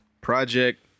Project